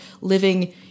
living